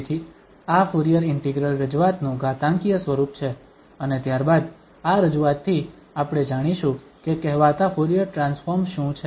તેથી આ Fourier integral રજૂઆત નું ઘાતાંકીય સ્વરૂપ છે અને ત્યારબાદ આ રજૂઆતથી આપણે જાણીશું કે કહેવાતા ફુરીયર ટ્રાન્સફોર્મ શું છે